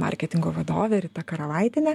marketingo vadovė rita karavaitienė